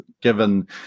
given